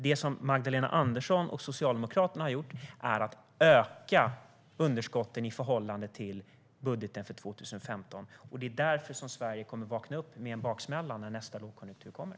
Det Magdalena Andersson och Socialdemokraterna har gjort är att öka underskotten i förhållande till budgeten för 2015. Det är därför Sverige kommer att vakna upp med en baksmälla när nästa lågkonjunktur kommer.